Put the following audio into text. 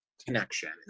connection